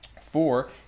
Four